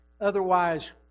Otherwise